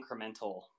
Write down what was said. incremental